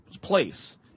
place